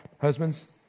husbands